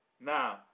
Now